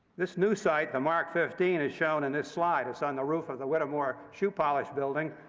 this new sight, the mark fifteen, is shown in this slide. it's on the roof of the whittemore shoe polish building,